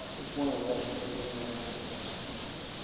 is one of the lessons we can learn from the last campaign.